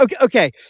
Okay